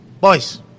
boys